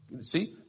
See